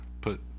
put